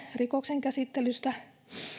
rikoksen käsittelystä